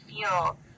feel